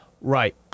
Right